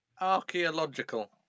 Archaeological